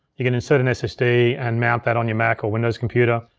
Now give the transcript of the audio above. you can insert an ssd and mount that on your mac or windows computer.